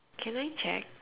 can I check